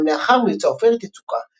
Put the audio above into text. אולם לאחר מבצע עופרת יצוקה